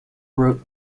wrote